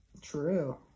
true